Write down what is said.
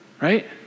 right